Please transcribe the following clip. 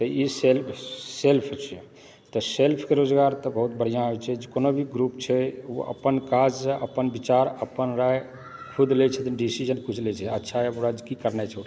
तऽ ई self self छियै तऽ सेल्फ रोजगार तऽ बहुत बढ़िआँ होइत छै कोनो भी ग्रुप छै ओ अपन काज अपन विचार अपन राय खुद लैत छथिन डिसिजन खुद लैत छथिन अच्छा या बुरा जे की करना चाही